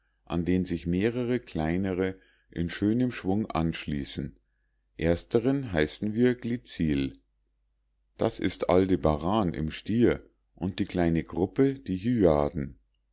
an den sich mehrere kleinere in schönem schwung anschließen ersteren heißen wir glizil das ist aldebaran im stier und die kleine gruppe die